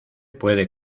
puede